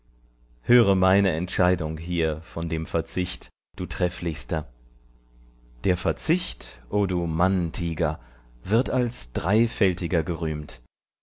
höre meine entscheidung hier von dem verzicht du trefflichster der verzicht o du manntiger wird als dreifältiger gerühmt